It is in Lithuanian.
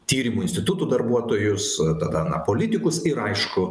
tyrimų institutų darbuotojus tada na politikus ir aišku